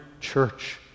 church